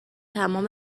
تمام